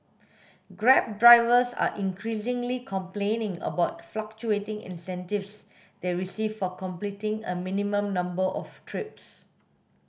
grab drivers are increasingly complaining about fluctuating incentives they receive for completing a minimum number of trips